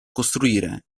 costruire